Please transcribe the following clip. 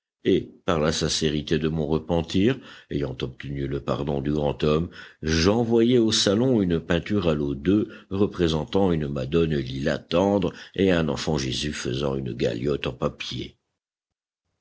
et par la sincérité de mon repentir ayant obtenu le pardon du grand homme j'envoyai au salon une peinture à l'eau d'œuf représentant une madone lilas tendre et un enfant jésus faisant une galiote en papier